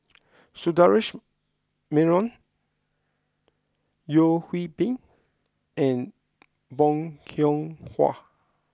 Sundaresh Menon Yeo Hwee Bin and Bong Hiong Hwa